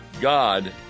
God